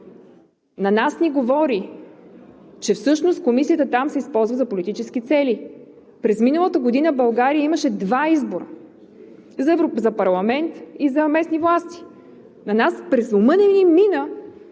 на нас ни говори, че всъщност Комисията там се използва за политически цели. През миналата година България имаше два избора – за парламент и за местна власт. На нас и през ума не ни мина